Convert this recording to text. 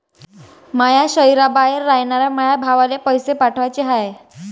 माया शैहराबाहेर रायनाऱ्या माया भावाला पैसे पाठवाचे हाय